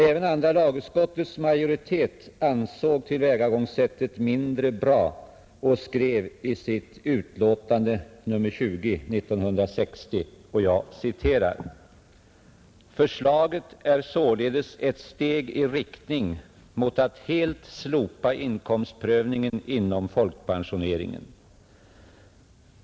Även andra lagutskottets majoritet ansåg tillvägagångssättet mindre bra och skrev i sitt utlåtande nr 20 år 1960: ”Förslaget är således ett steg i riktning mot att helt slopa inkomstprövningen inom folkpensioneringen.